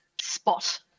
spot